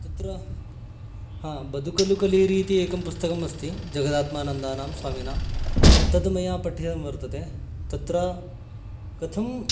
तत्र हा बदुकलुकलीरी इति एकं पुस्तकम् अस्ति जगदात्मानन्दानां स्वामिनां तद् मया पठितं वर्तते तत्र कथं